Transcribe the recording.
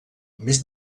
més